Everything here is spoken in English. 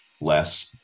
less